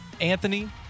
Anthony